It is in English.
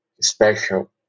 special